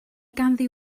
ganddi